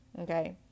Okay